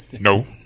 No